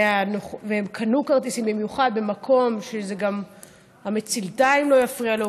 והם קנו במיוחד כרטיסים במקום שהמצלתיים לא יפריעו לו,